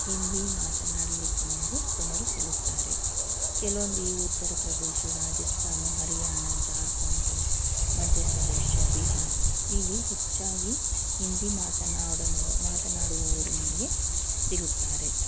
ಹಿಂದಿ ಮಾತನಾಡಲಿಕ್ಕೆ ನಮಗೂ ಜನರು ಸಿಗುತ್ತಾರೆ ಕೆಲವೊಂದು ಈ ಉತ್ತರ ಪ್ರದೇಶ ರಾಜಸ್ಥಾನ ಹರಿಯಾಣ ಜಾರ್ಖಂಡ ಮಧ್ಯ ಪ್ರದೇಶ ಬಿಹಾರ ಇಲ್ಲಿ ಹೆಚ್ಚಾಗಿ ಹಿಂದಿ ಮಾತನಾಡನ ಮಾತನಾಡುವವರು ನಮಗೆ ಸಿಗುತ್ತಾರೆ